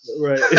right